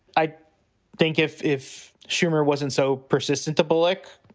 i think if if schumer wasn't so persistent, the bulik,